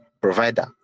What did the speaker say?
provider